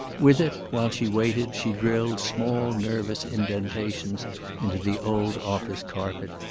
with it, while she waited, she drilled small nervous indentations in the old office carpet,